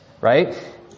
right